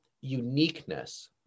uniqueness